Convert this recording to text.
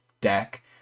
deck